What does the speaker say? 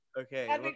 Okay